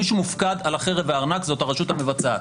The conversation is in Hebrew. מי שמופקד על החרב והארנק זאת הרשות המבצעת.